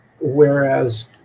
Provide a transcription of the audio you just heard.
whereas